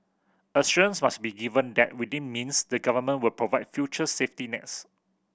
assurance must be given that within means the Government will provide future safety nets